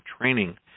training